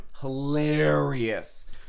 Hilarious